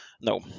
No